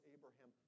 Abraham